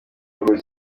nagura